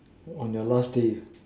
on the last days